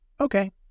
okay